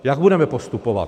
Jak budeme postupovat?